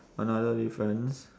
another difference